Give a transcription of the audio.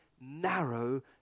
narrow